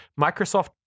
Microsoft